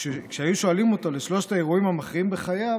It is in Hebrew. כשהיו שואלים אותו על שלושת האירועים המכריעים בחייו